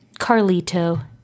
Carlito